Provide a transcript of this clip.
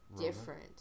different